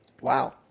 Wow